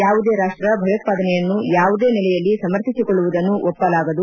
ಯಾವುದೇ ರಾಷ್ಟ ಭಯೋತ್ವಾದನೆಯನ್ನು ಯಾವುದೇ ನೆಲೆಯಲ್ಲಿ ಸಮರ್ಥಿಸಿಕೊಳ್ಳುವುದನ್ನು ಒಪ್ಪಲಾಗದು